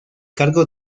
cargo